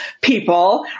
people